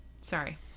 Sorry